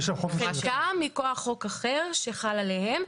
גם מכוח חוק אחר שחל עליהם,